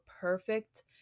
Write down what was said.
perfect